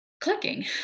Clicking